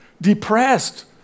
depressed